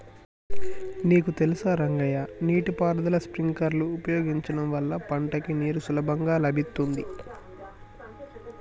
నీకు తెలుసా రంగయ్య నీటి పారుదల స్ప్రింక్లర్ ఉపయోగించడం వల్ల పంటకి నీరు సులభంగా లభిత్తుంది